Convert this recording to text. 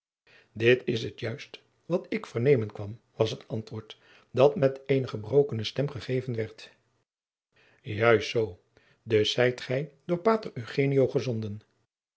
dit is het juist wat ik vernemen kwam was het antwoord dat met eene gebrokene stem gegeven werd juist zoo dus zijt gij door pater eugenio gezonden